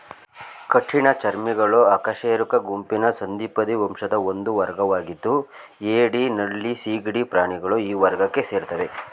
ಕಠಿಣ ಚರ್ಮಿಗಳು ಅಕಶೇರುಕ ಗುಂಪಿನ ಸಂಧಿಪದಿ ವಂಶದ ಒಂದು ವರ್ಗವಾಗಿದ್ದು ಏಡಿ ನಳ್ಳಿ ಸೀಗಡಿ ಪ್ರಾಣಿಗಳು ಈ ವರ್ಗಕ್ಕೆ ಸೇರ್ತವೆ